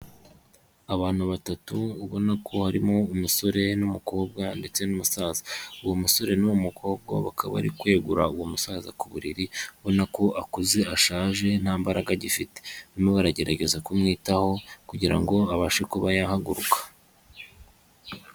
Abantu batatu ubona ko harimo umusore n'umukobwa ndetse n'umusaza. Uwo musore n'uwo mukobwa bakaba bari kwegura uwo musaza ku buriri, ubona ko akuze ashaje nta mbaraga agifite , barimo baragerageza kumwitaho kugira ngo abashe kuba yahaguruka.